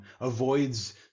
avoids